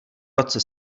roce